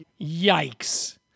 Yikes